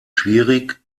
schwierig